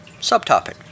Subtopic